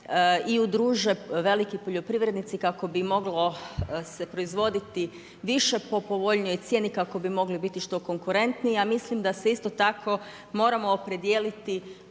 i udruže veliki poljoprivrednici kako bi moglo se proizvoditi više po povoljnijoj cijeni kako bi mogli biti što konkuretniji a mislim da se isto tako moramo opredijeliti